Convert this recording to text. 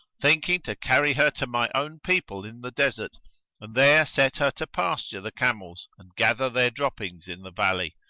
thinking to carry her to my own people in the desert and there set her to pasture the camels and gather their droppings in the valley.